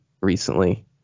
recently